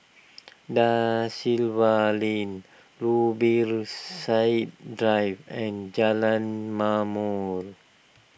Da Silva Lane Zubir Said Drive and Jalan Ma'mor